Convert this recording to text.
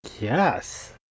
Yes